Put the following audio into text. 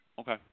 Okay